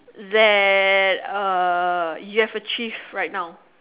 that uh you have achieved right now